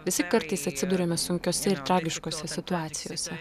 visi kartais atsiduriame sunkiose ir tragiškose situacijose